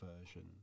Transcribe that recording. version